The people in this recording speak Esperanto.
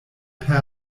per